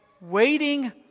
waiting